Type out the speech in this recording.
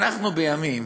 אנחנו בימים